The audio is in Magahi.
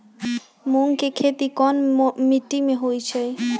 मूँग के खेती कौन मीटी मे होईछ?